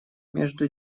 между